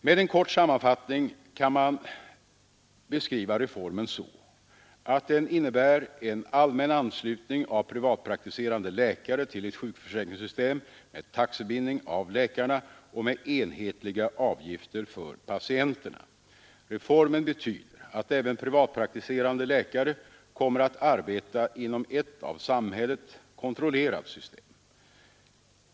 Med en kort sammanfattning kan man beskriva reformen så, att den innebär allmän anslutning av privatpraktiserande läkare till ett sjukförsäkringssystem med taxebindning av läkarna och med enhetliga avgifter för patienterna. Reformen betyder att även privatpraktiserande läkare kommer att arbeta inom ett av samhället kontrollerat system.